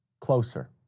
Closer